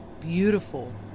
beautiful